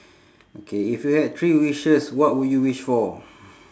okay if you had three wishes what would you wish for